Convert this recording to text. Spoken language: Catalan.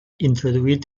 introduït